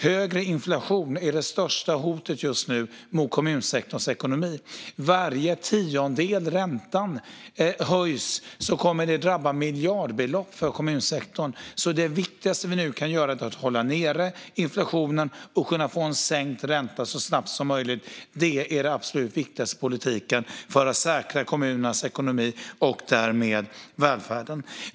Högre inflation är just nu det största hotet mot kommunsektorns ekonomi. Varje tiondel som räntan höjs innebär miljardutgifter för kommunsektorn, så det viktigaste vi kan göra är att hålla nere inflationen och få sänkt ränta så snabbt som möjligt. Det är den viktigaste politiken för att säkra kommunernas ekonomi och därmed välfärden.